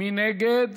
מי נגד?